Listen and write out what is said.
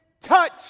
touch